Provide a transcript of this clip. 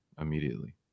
immediately